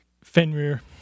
Fenrir